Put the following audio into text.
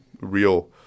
real